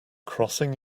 crossing